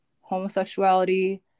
homosexuality